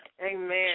Amen